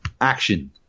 Action